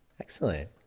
Excellent